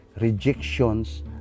rejections